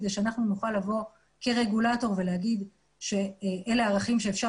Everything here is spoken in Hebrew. כדי שאנחנו נוכל לבוא כרגולטור ולומר שאלה ערכים שאפשר